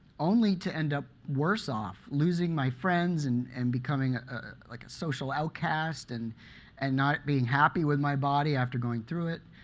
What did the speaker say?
only to end up worse off losing my friends and and becoming like a social outcast, and and not being happy with my body after going through it.